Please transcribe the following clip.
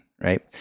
Right